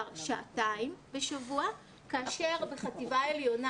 של שעתיים בשבוע כאשר בחטיבה העליונה,